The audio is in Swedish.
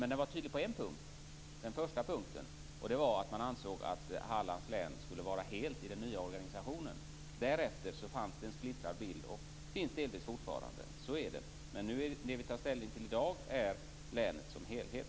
Den var dock tydlig på en punkt, den första punkten: Man ansåg att Därefter fanns det en splittrad bild, och det finns det delvis fortfarande. Så är det. Men det vi tar ställning till i dag är länet som helhet.